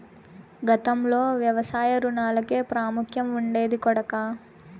గతంలో వ్యవసాయ రుణాలకే ప్రాముఖ్యం ఉండేది కొడకా